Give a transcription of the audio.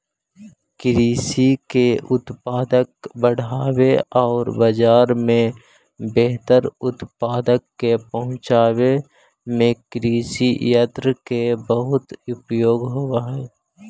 कृषि के उत्पादक बढ़ावे औउर बाजार में बेहतर उत्पाद के पहुँचावे में कृषियन्त्र के बहुत उपयोग होवऽ हई